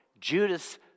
Judas